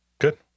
Good